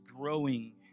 growing